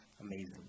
amazing